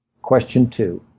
question two,